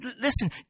Listen